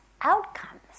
outcomes